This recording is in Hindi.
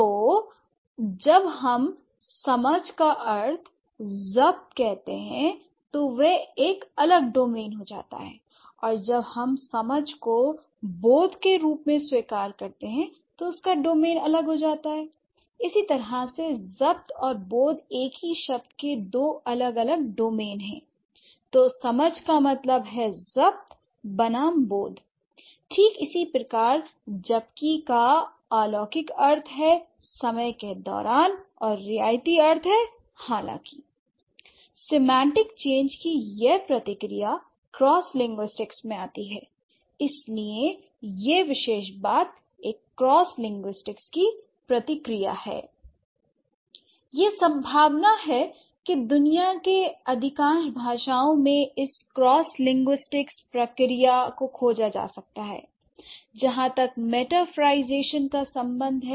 तो जब हम समझ का अर्थ जब्त कहते हैं तो वह एक अलग डोमेन है और जब हम समझ को बोध के रूप में स्वीकार करते हैं तो उसका डोमेन अलग हो जाता है इस तरह जब्त और बौद्ध एक ही शब्द के दो अलग डोमेन हैं तो समझ का मतलब है जब्त बनाम बौद्धl ठीक इसी प्रकार जबकि का अलौकिक अर्थ है समय के दौरान और रियायती अर्थ है हालांकि l सेमांटिक चेंज की यह प्रतिक्रिया क्रॉस लिंग्विस्टिक्स में आती है इसलिए यह विशेष बात एक क्रॉसलिंग्विस्टिक्स की प्रतिक्रिया है यह संभावना है कि दुनिया के अधिकांश भाषाओं में इस क्रॉस लिंग्विस्टिक्स प्रक्रिया को खोजा जा सकता है जहाँ तक मेटाफरlईजेशन का सम्बंध है